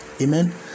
Amen